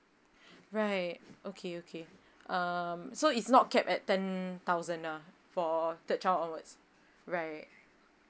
right okay okay um so it's not capped at ten thousand ah for third child onwards right